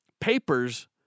papers